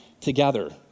together